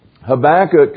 Habakkuk